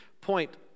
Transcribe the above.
point